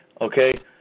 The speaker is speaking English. Okay